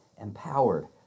empowered